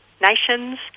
nations